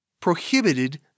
prohibited